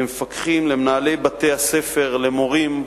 למפקחים, למנהלי בתי-הספר, למורים,